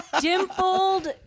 dimpled